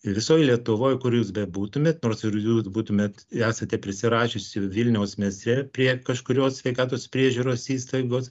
visoj lietuvoj kur jūs bebūtumėt nors ir jūs būtumėt esate prisirašiusi vilniaus mieste prie kažkurios sveikatos priežiūros įstaigos